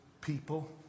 people